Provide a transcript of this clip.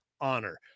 honor